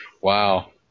wow